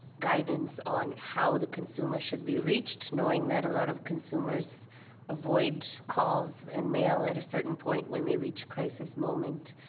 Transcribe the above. guidance on how the consumer should be reached, knowing that a lot of consumers avoid calls and mail at a certain point when they reach crisis moment?